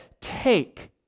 Take